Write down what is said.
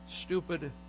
stupid